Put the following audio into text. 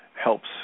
helps